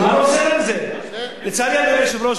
אדוני היושב-ראש,